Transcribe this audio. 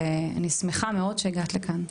ואני שמחה מאוד שהגעת לכאן.